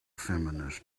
feminist